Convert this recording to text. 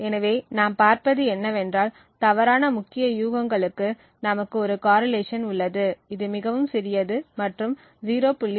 எனவே நாம் பார்ப்பது என்னவென்றால் தவறான முக்கிய யூகங்களுக்கு நமக்கு ஒரு காரிலேஷன் உள்ளது இது மிகவும் சிறியது மற்றும் 0